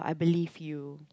believe you